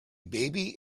baby